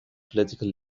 political